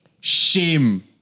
shame